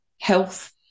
health